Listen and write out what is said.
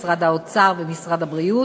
משרד האוצר ומשרד הבריאות.